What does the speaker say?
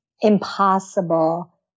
impossible